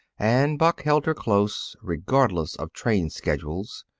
and buck held her close, regardless of train-schedules.